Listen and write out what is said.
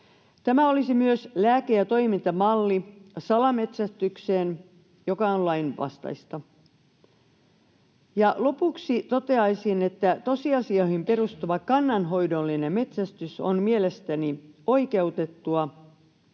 Tämä olisi myös lääke ja toimintamalli salametsästykseen, joka on lainvastaista. Lopuksi toteaisin, että tosiasioihin perustuva kannanhoidollinen metsästys on mielestäni oikeutettua.